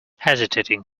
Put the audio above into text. hesitating